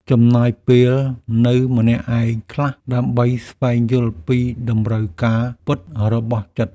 ចំណាយពេលនៅម្នាក់ឯងខ្លះ ដើម្បីស្វែងយល់ពីតម្រូវការពិតរបស់ចិត្ត។